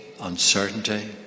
uncertainty